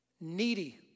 needy